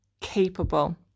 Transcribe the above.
capable